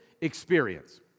experience